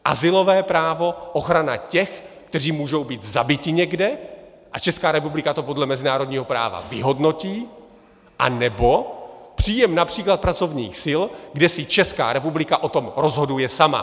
Azylové právo, ochrana těch, kteří můžou být zabiti někde, a Česká republika to podle mezinárodního práva vyhodnotí, anebo příjem např. pracovních sil, kde si Česká republika o tom rozhoduje sama.